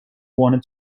wanted